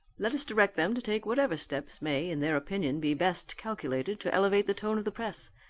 let us direct them to take whatever steps may in their opinion be best calculated to elevate the tone of the press,